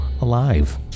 alive